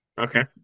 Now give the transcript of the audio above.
okay